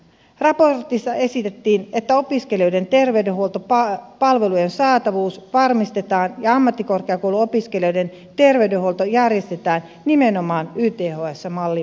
raportissa esitettiin että opiskelijoiden terveydenhuoltopalvelujen saatavuus varmistetaan ja ammattikorkeakouluopiskelijoiden terveydenhuolto järjestetään nimenomaan yths mallin pohjalta